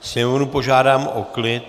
Sněmovnu požádám o klid.